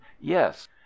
yes